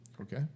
okay